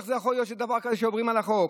איך יכול להיות דבר כזה שעוברים על החוק?